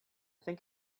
think